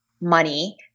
money